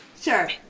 Sure